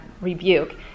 rebuke